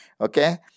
okay